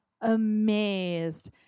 amazed